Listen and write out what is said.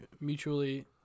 Mutually